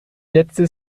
letzte